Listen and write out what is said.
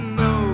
no